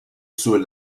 sous